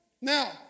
Now